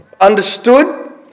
understood